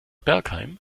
bergheim